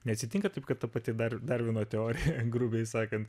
neatsitinka taip kad ta pati dar darvino teorija grubiai sakant